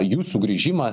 jų sugrįžimas